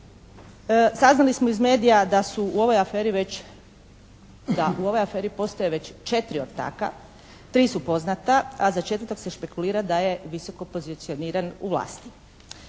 Saznali smo iz medija da su u ovom aferi već, da u ovoj aferi postoje već 4 ortaka, 3 su poznata, a za 4. se špekulira da je visokopozicioniran u vlasti.